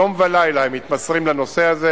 יום ולילה הם מתמסרים לנושא הזה.